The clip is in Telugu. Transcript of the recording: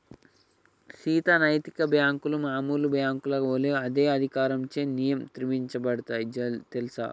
సీత నైతిక బాంకులు మామూలు బాంకుల ఒలే అదే అధికారంచే నియంత్రించబడుతాయి తెల్సా